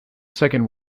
second